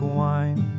wine